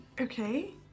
Okay